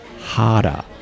harder